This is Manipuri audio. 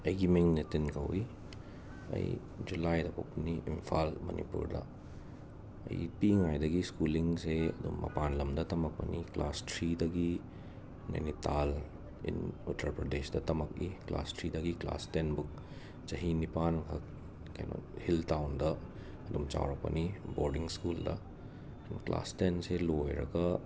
ꯑꯩꯒꯤ ꯃꯤꯡ ꯅꯤꯇꯤꯟ ꯀꯧꯋꯤ ꯑꯩ ꯖꯨꯂꯥꯏꯗ ꯄꯣꯛꯄꯅꯤ ꯏꯝꯐꯥꯜ ꯃꯅꯤꯄꯨꯔꯗ ꯑꯩ ꯄꯤꯛꯏꯉꯩꯗꯒꯤ ꯁ꯭ꯀꯨꯂꯤꯡꯁꯦ ꯑꯗꯨꯝ ꯃꯄꯥꯟ ꯂꯝꯗ ꯇꯝꯃꯛꯄꯅꯤ ꯀ꯭ꯂꯥꯁ ꯊ꯭ꯔꯤꯗꯒꯤ ꯅꯦꯅꯤꯇꯥꯜ ꯏꯟ ꯎꯠꯇꯔ ꯄ꯭ꯔꯗꯦꯁꯇ ꯇꯝꯃꯛꯏ ꯀ꯭ꯂꯥꯁ ꯊ꯭ꯔꯤꯗꯒꯤ ꯀ꯭ꯂꯥꯁ ꯇꯦꯟꯐꯧ ꯆꯍꯤ ꯅꯤꯄꯥꯟꯃꯨꯛ ꯀꯩꯅꯣ ꯍꯤꯜ ꯇꯥꯎꯟꯗ ꯑꯗꯨꯝ ꯆꯥꯎꯔꯛꯄꯅꯤ ꯕꯣꯔꯗꯤꯡ ꯁ꯭ꯀꯨꯜꯗ ꯀ꯭ꯂꯥꯁ ꯇꯦꯟꯁꯦ ꯂꯣꯏꯔꯒ